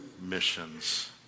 missions